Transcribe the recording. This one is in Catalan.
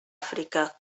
àfrica